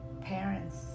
parents